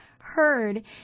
heard